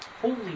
holy